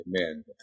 Amen